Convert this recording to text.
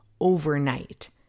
overnight